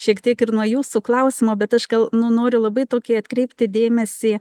šiek tiek ir nuo jūsų klausimo bet aš gal nu noriu labai tokį atkreipti dėmesį